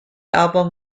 album